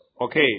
Okay